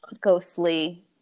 ghostly